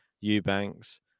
Eubanks